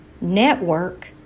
network